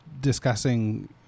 discussing